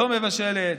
לא מבשלת.